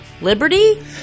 Liberty